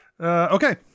Okay